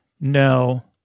No